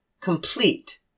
complete